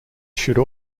should